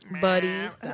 Buddies